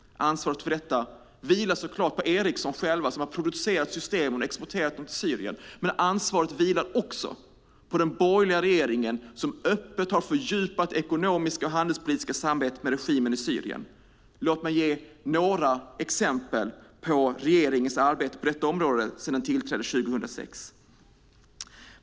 Ansvaret för detta vilar så klart på Ericsson själva, som har producerat systemen och exporterat dem till Syrien. Men ansvaret vilar också på den borgerliga regeringen, som öppet har fördjupat det ekonomiska och handelspolitiska samarbetet med regimen i Syrien. Låt mig ge några exempel på regeringens arbete på detta område sedan den tillträdde 2006.